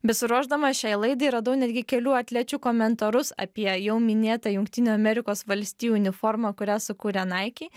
besiruošdama šiai laidai radau netgi kelių atlečių komentarus apie jau minėtą jungtinių amerikos valstijų uniformą kurią sukūrė naiki